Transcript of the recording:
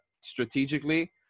strategically